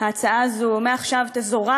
אנחנו נתראה בהאג ואתם